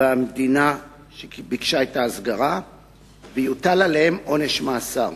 במדינה שביקשה את ההסגרה ויוטל עליהם עונש מאסר.